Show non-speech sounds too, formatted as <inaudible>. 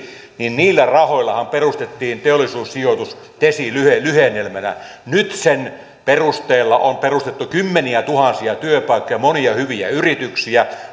niin niillä rahoillahan perustettiin teollisuussijoitus tesi lyhennelmänä nyt sen perusteella on perustettu kymmeniätuhansia työpaikkoja ja monia hyviä yrityksiä <unintelligible>